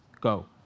Go